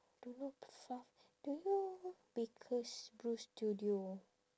don't know the fuck do you know Baker's Brew Studio